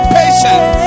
patient